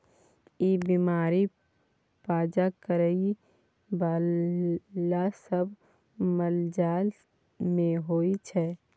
ई बीमारी पाज करइ बला सब मालजाल मे होइ छै